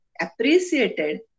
appreciated